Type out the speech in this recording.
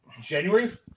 January